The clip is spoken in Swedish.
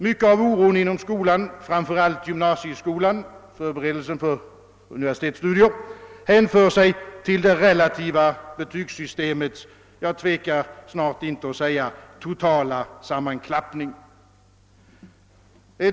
Mycket av oron inom skolan — framför allt inom gymnasieskolan, förberedelsen för universitetsstudier — hänför sig till det relativa betygssystemets, jag tvekar snart inte att säga det, totala sammanklappning.